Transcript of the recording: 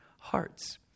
hearts